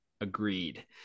Agreed